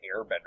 Airbender